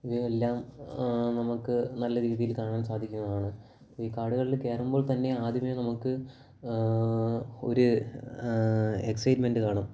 ഇവയെല്ലാം നമുക്ക് നല്ലരീതിയിൽ കാണാൻ സാധിക്കുന്നതാണ് ഈ കാടുകളിൽ കയറുമ്പോൾ തന്നെ ആദ്യമേ നമുക്ക് ഒരു എക്സയ്റ്റ്മെൻ്റ് കാണും